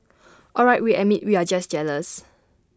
all right we admit we're just jealous